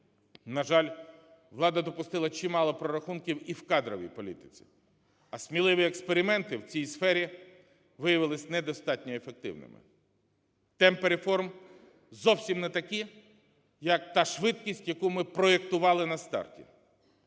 На жаль, влада допустила чимало прорахунків і в кадровій політиці, а сміливі експерименти в цій сфері виявились недостатньо ефективними. Темпи реформ зовсім не такі, як та швидкість, яку ми проектували на старті.